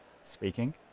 Speaking